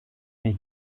mehr